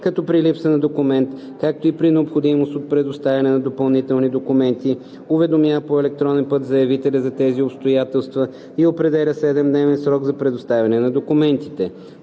като при липса на документ, както и при необходимост от предоставяне на допълнителни документи уведомява по електронен път заявителя за тези обстоятелства и определя 7-дневен срок за предоставяне на документите.